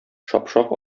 шапшак